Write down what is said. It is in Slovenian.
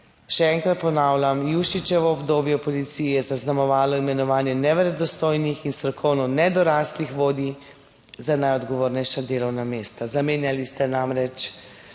Še enkrat ponavljam, Jušićevo obdobje v policiji je zaznamovalo imenovanje neverodostojnih in strokovno nedoraslih vodij za najodgovornejša delovna mesta. Zamenjali ste namreč